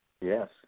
Yes